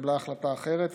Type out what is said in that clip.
התקבלה החלטה אחרת,